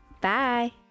Bye